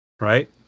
Right